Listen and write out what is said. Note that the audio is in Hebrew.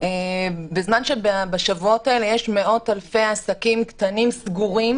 בזמן שבשבועות האלה יש מאות אלפי עסקים קטנים סגורים